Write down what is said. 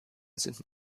sind